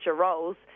roles